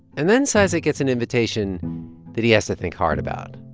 and then cizik gets an invitation that he has to think hard about.